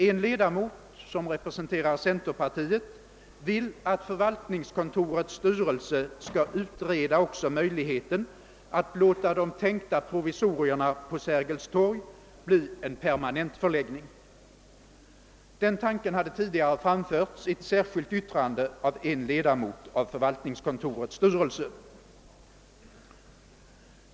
En ledamot som representerar centerpartiet vill att förvaltningskontorets styrelse skall utreda även möjligheten att låta det tänkta provisoriet vid Sergels torg bli en permanent förläggning. Den tanken hade tidigare framförts i ett särskilt yttrande av en ledamot av förvaltningskontorets styrelse.